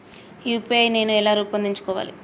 UPI నేను ఎలా రూపొందించుకోవాలి?